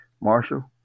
Marshall